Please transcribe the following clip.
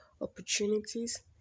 opportunities